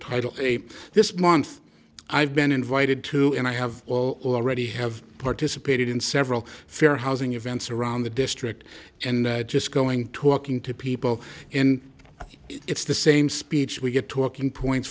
title this month i've been invited to and i have already have participated in several fair housing events around the district and just going talking to people and it's the same speech we get talking points